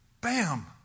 Bam